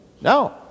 No